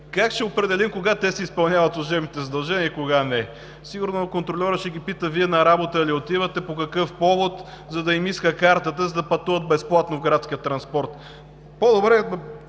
как ще определим кога те си изпълняват служебните задължения и кога не? Сигурно контрольорът ще ги пита: „Вие на работа ли отивате, по какъв повод?“, за да им иска картата, за да пътуват безплатно в градския транспорт?“ По-добре